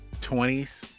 20s